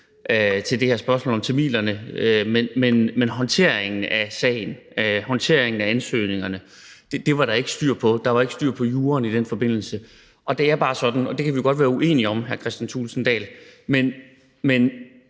til det her spørgsmål om tamilerne, men håndteringen af sagen, håndteringen af ansøgningerne var der ikke styr på. Der var ikke styr på juraen i den forbindelse. Og det er bare sådan – og det kan vi jo godt være uenige om, hr. Kristian Thulesen Dahl –